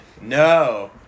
No